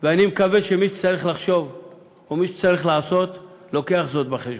ואני מקווה שמי שצריך לחשוב ומי שצריך לעשות מביא זאת בחשבון.